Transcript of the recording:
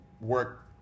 work